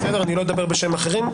לא אדבר בשם אחרים,